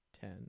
Ten